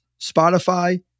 Spotify